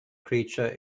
creature